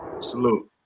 Salute